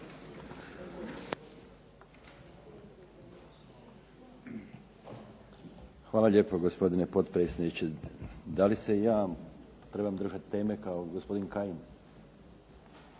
Hvala lijepo, gospodine potpredsjedniče. Da li se i ja trebam držati teme kao gospodin Kajin?